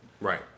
Right